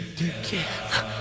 together